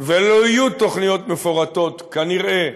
ולא יהיו תוכניות מפורטות, כנראה,